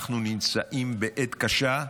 אנחנו נמצאים בעת קשה,